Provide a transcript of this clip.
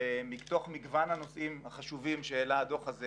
ומתוך מגוון הנושאים החשובים שהעלה הדוח הזה,